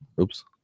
oops